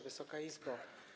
Wysoka Izbo!